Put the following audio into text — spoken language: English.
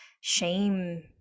shame